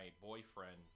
boyfriend